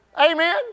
Amen